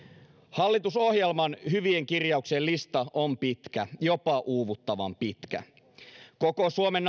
hallitusohjelman hyvien kirjauksien lista on pitkä jopa uuvuttavan pitkä koko suomen